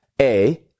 A-